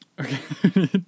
Okay